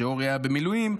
כשאורי היה במילואים,